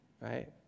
right